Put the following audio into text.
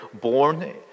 born